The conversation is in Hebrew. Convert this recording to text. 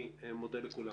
אני מודה לכולם.